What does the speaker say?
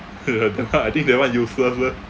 that one I think that one useless eh